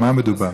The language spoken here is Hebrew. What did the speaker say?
במה מדובר.